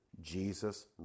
Jesus